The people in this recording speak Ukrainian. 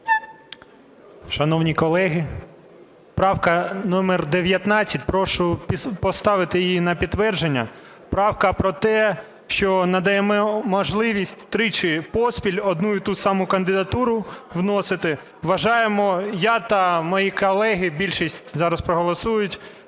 Шановні колеги, правка номер 19, прошу поставити її на підтвердження. Правка про те, що надаємо можливість тричі поспіль одну і ту саму кандидатуру вносити. Вважаємо, я та мої колеги, більшість зараз проголосують,